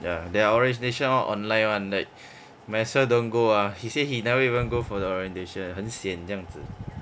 ya their orientation all online [one] like might as well don't go ah he said he never even go for orientation 很 sian 这样子